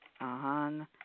on